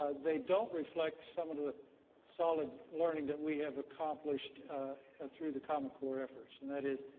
they don't reflect some of the solid learning that we have accomplished through the common core efforts. and that is,